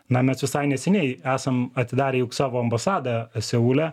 na mes visai neseniai esam atidarę juk savo ambasadą seule